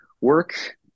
work